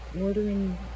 Ordering